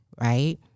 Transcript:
Right